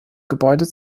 gebäude